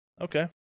Okay